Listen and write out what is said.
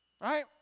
right